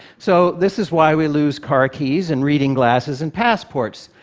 so this is why we lose car keys and reading glasses and passports.